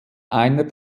einer